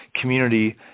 community